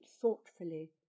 thoughtfully